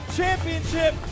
championship